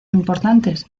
importantes